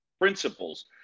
principles